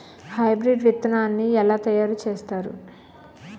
Hybrid విత్తనాన్ని ఏలా తయారు చేస్తారు?